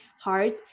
hard